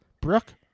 Brooke